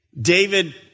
David